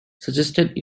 suggested